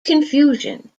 confusion